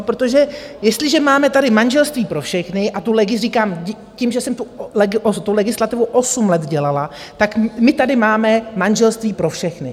Protože jestliže máme tady manželství pro všechny, a říkám, tím, že jsem tu legislativu osm let dělala, tak my tady máme manželství pro všechny.